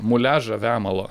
muliažą vemalo